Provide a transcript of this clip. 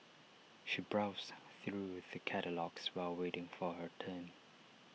she browsed through the catalogues while waiting for her turn